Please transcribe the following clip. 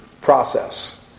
process